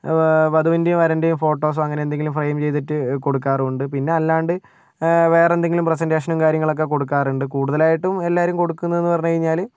വധുവിൻ്റെയും വരൻ്റെയും ഫോട്ടോസ് അങ്ങനെ എന്തെങ്കിലും ഫ്രെയിം ചെയ്തിട്ട് കൊടുക്കാറുണ്ട് പിന്നെ അല്ലാണ്ട് വേറെന്തെങ്കിലും പ്രസന്റേഷൻ കാര്യങ്ങളൊക്കെ കൊടുക്കാറുണ്ട് കൂടുതലായിട്ടും എല്ലാവരും കൊടുക്കുന്നതെന്ന് പറഞ്ഞു കഴിഞ്ഞാൽ